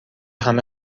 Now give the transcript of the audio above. همه